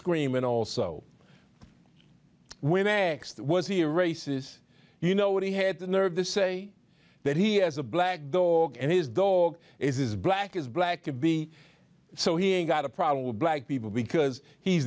screaming also when x that was he races you know what he had the nerve to say that he has a black dog and his dog is black is black to be so he got a problem with black people because he's